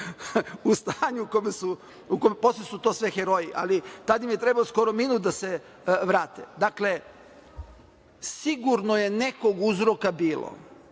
u stanju u kome su…. Posle su to sve heroji, ali tada im je trebao skoro minut da se vrate. Dakle, sigurno je nekog uzroka bilo,